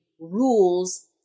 rules